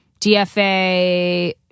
DFA